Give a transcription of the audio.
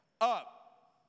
Up